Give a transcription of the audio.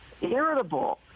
irritable